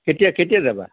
কেতিয়া কেতিয়া যাবা